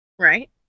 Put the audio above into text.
right